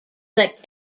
that